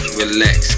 relax